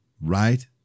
Right